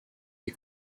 des